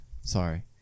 Sorry